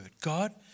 God